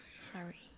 sorry